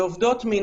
לעובדות מין.